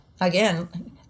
again